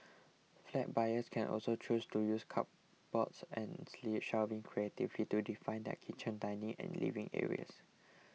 flat buyers can also choose to use cupboards and shelving creatively to define their kitchen dining and living areas